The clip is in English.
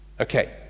Okay